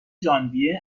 ژانویه